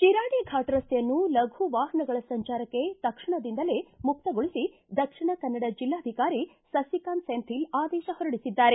ಶಿರಾಡಿ ಫಾಟಿ ರಸ್ತೆಯನ್ನು ಲಘು ವಾಹನಗಳ ಸಂಚಾರಕ್ಕೆ ತಕ್ಷಣದಿಂದಲೇ ಮುಕ್ತಗೊಳಿಸಿ ದಕ್ಷಿಣ ಕನ್ನಡ ಜಿಲ್ಲಾಧಿಕಾರಿ ಸುಕಾಂತ್ ಸೆಂಥಿಲ್ ಆದೇಶ ಹೊರಡಿಸಿದ್ದಾರೆ